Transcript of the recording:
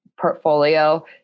portfolio